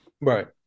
Right